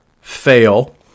fail